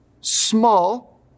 small